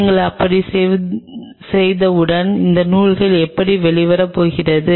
நீங்கள் அப்படிச் செய்தவுடன் இந்த நூல்கள் எப்படி வெளிவரப் போகின்றன